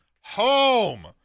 home